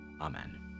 Amen